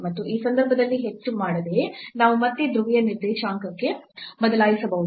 ಮತ್ತು ಈ ಸಂದರ್ಭದಲ್ಲಿ ಹೆಚ್ಚು ಮಾಡದೆಯೇ ನಾವು ಮತ್ತೆ ಧ್ರುವೀಯ ನಿರ್ದೇಶಾಂಕಕ್ಕೆ ಬದಲಾಯಿಸಬಹುದು